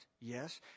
yes